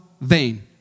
vain